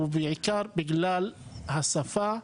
ובעיקר בגלל השפה,